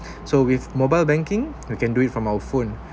so with mobile banking we can do it from our phone